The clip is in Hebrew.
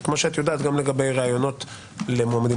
וכפי שאת יודעת גם לגבי ראיונות למועמדים